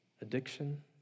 addiction